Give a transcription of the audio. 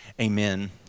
Amen